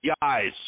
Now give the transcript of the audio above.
guys